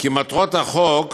כי מטרות החוק